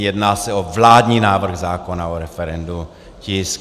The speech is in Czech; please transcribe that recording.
Jedná se o vládní návrh zákona o referendu, tisk 559.